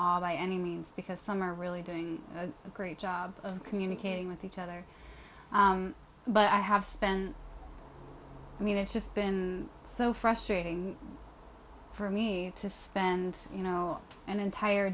all by any means because some are really doing a great job of communicating with each other but i have spent i mean it's just been so frustrating for me to spend you know an entire